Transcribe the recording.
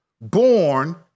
born